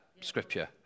scripture